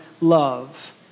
love